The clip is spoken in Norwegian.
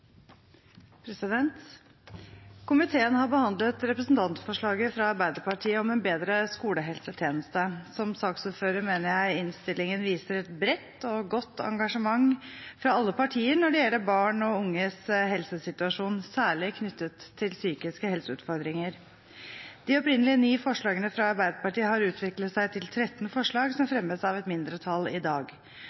vedtatt. Komiteen har behandlet representantforslaget fra Arbeiderpartiet om en bedre skolehelsetjeneste. Som saksordfører mener jeg innstillingen viser et bredt og godt engasjement fra alle partier når det gjelder barn og unges helsesituasjon, særlig knyttet til psykiske helseutfordringer. De opprinnelige ni forslagene fra Arbeiderpartiet har utviklet seg til 13 forslag som fremmes av et mindretall i dag